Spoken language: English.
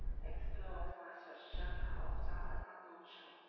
explores by stratagem a hostile and unknown shore.